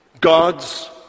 God's